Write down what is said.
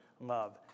love